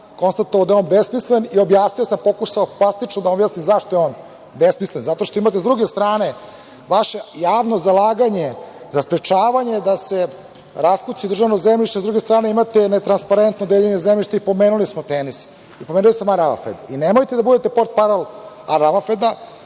sam da je on dvosmislen i objasnio sam, pokušao sam plastično da objasnim zašto je on besmislen, zato što imate sa druge strane vaše javno zalaganje za sprečavanje da se raskući državno zemljište, sa druge strane imate netransparentno deljenje zemljišta. Pomenuli smo „Tenis“ i pomenuo sam „Al Ravafed“ i nemojte da budete portparol „Al Ravafeda“,